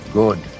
good